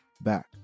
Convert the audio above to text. back